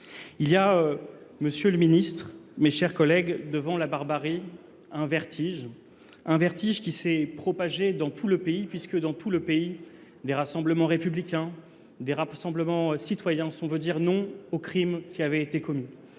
Il y a, monsieur le ministre, mes chers collègues, devant la barbarie, un vertige. Un vertige qui s'est propagé dans tout le pays puisque dans tout le pays, des rassemblements républicains, des rassemblements citoyens sont venus dire non aux crimes qui avaient été commis.